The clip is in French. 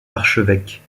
archevêque